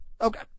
Okay